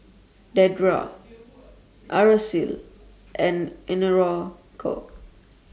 Dedra Araceli and Enrico